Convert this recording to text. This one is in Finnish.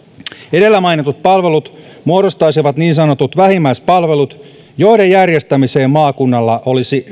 edellä mainitut palvelut muodostaisivat niin sanotut vähimmäispalvelut joiden järjestämiseen maakunnalla olisi